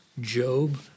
Job